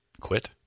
Quit